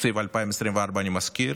תקציב 2024, אני מזכיר,